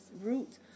root